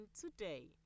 today